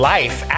life